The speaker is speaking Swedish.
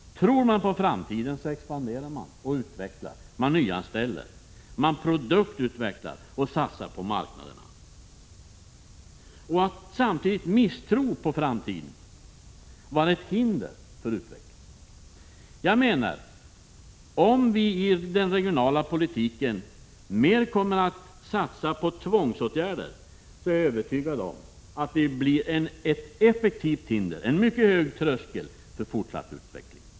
Tror man på framtiden utvecklar man och expanderar sina företag — man nyanställer, man produktutvecklar och satsar på marknaderna. Samtidigt visar småföretagarbarometern att misstro på framtiden är ett hinder för utveckling. Om vi i den regionala politiken mer satsar på tvångsåtgärder är jag övertygad om att det blir ett effektivt hinder, en mycket hög tröskel för fortsatt utveckling.